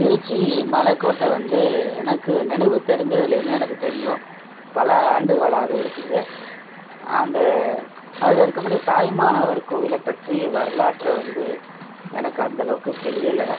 திருச்சி மலக்கோட்டை வந்து எனக்கு நெனைவு தெரிஞ்சதுலேருந்து எனக்குத் தெரியும் பல ஆண்டுகளாக இருக்குது அந்த அதில் இருக்கக்கூடிய தாயுமானவர் கோயிலை பற்றி வரலாற்றை வந்து எனக்கு அந்தளவுக்குத் தெரியலை